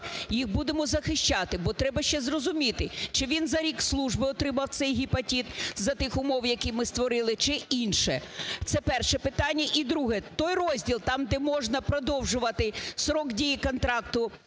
їх будемо захищати. Бо треба ще зрозуміти чи він за рік служби отримав цей гепатит за тих умов, які ми створили, чи ніше, це перше питання. І друге – той розділ, там, де можна продовжувати строк дії контракту